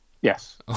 Yes